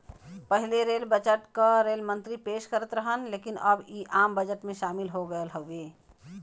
पहिले rail budget क rail मंत्री पेश करत रहन लेकिन अब इ आम बजट में शामिल हो गयल हउवे